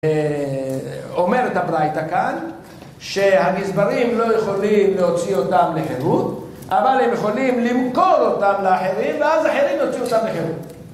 אומרת הברייטא כאן, שהגזברים לא יכולים להוציא אותם לחירות, אבל הם יכולים למכור אותם לאחרים ואז אחרים יוציאו אותם לחירות